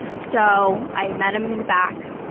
so, i met him in the back,